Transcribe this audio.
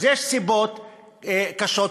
אז יש סיבות קשות,